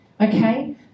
okay